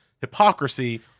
hypocrisy